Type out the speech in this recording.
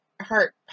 heart